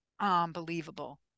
unbelievable